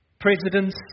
presidents